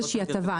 איזו שהיא הטבה.